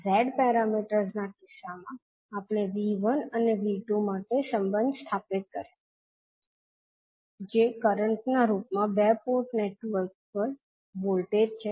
z parameters ના કિસ્સામાં આપણે 𝐕1 અને 𝐕2 માટે સંબંધ સ્થાપિત કર્યો જે કરંટ ના રૂપમાં બે પોર્ટ પર વોલ્ટેજ છે